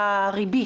הריבית.